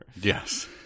Yes